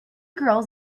girls